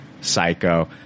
Psycho